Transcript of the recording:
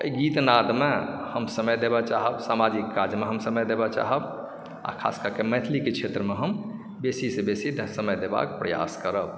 एहि गीत नादमे हम समय देबऽ चाहब सामाजिक काजमे हम समय देबऽ चाहब आ खासकरके मैथिलीके क्षेत्रमे हम बेसीसँ बेसी समय देबाक प्रयास करब